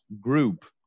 group